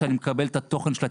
שאני מקבל את התוכן שלה,